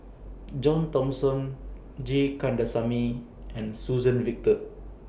John Thomson G Kandasamy and Suzann Victor